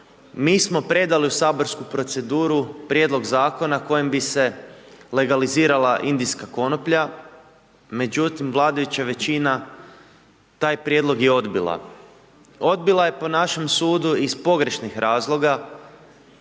mi smo predali u saborsku proceduru prijedlog zakona kojim bi se legalizirala indijska konoplja. Međutim, vladajuća većina taj prijedlog je odbila. Odbila je po našem sud iz pogrešnih razloga